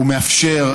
הוא מאפשר,